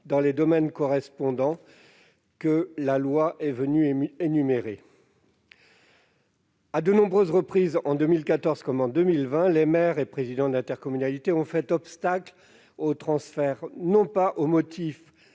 dans les domaines correspondants, que la loi est venue énumérer. À de nombreuses reprises, en 2014 comme en 2020, les maires et les présidents d'intercommunalité ont fait obstacle à ces transferts, non pas au motif